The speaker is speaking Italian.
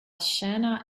scena